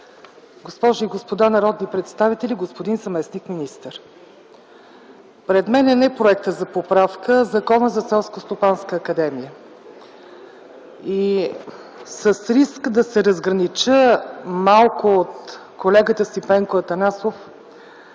Госпожи и господа народни представители, господин заместник-министър! Пред мен е не проектът за поправка, а Законът за Селскостопанска академия. И с риск да се разгранича малко от колегата си Пенко Атанасов